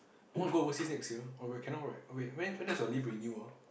wanna go overseas next year oh wait cannot right oh wait when when does your leave renew ah